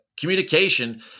communication